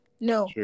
No